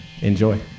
enjoy